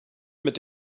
mit